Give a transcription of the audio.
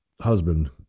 husband